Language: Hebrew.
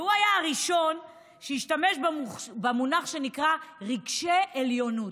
והוא היה הראשון שהשתמש במונח שנקרא "רגשי עליונות".